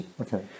Okay